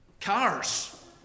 cars